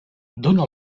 dóna